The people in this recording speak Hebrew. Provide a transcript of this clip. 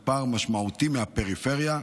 בפער משמעותי מהפריפריה,